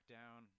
down